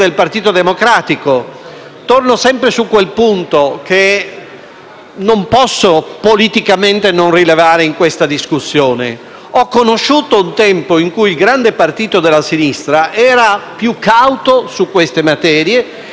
non posso politicamente non rilevare in questa discussione: ho conosciuto un tempo in cui il grande partito della sinistra era più cauto su queste materie e più attento al sentire comune del popolo e ho